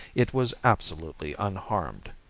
it was absolutely unharmed.